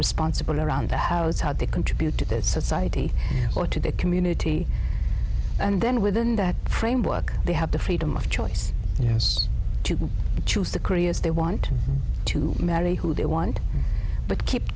responsible around the house how they contribute to society or to the community and then within that framework they have the freedom of choice to choose the careers they want to marry who they want but keep